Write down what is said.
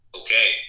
okay